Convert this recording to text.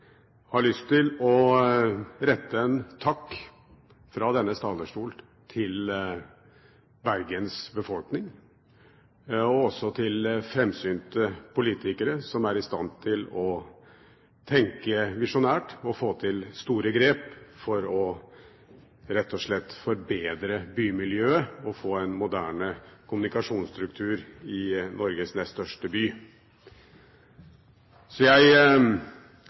har lyst til fra denne talerstol å rette en takk til Bergens befolkning og også til framsynte politikere som er i stand til å tenke visjonært og få til store grep for rett og slett å forbedre bymiljøet og få en moderne kommunikasjonsstruktur i Norges nest største by. Jeg